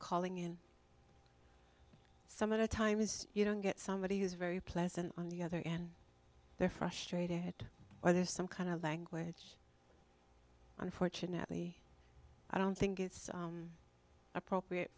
calling in some of the time is you don't get somebody who's very pleasant on the other end they're frustrated or there's some kind of language unfortunately i don't think it's appropriate